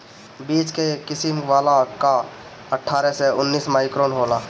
बीच के किसिम वाला कअ अट्ठारह से उन्नीस माइक्रोन होला